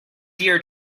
dear